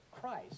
christ